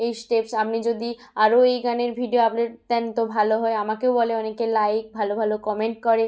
এই স্টেপস আপনি যদি আরো এই গানের ভিডিও আপলোড দেন তো ভালো হয় আমাকেও বলে অনেকে লাইক ভালো ভালো কমেন্ট করে